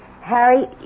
Harry